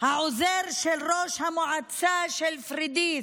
העוזר של ראש המועצה של פוריידיס,